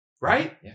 Right